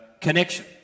connection